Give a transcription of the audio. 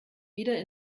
wieder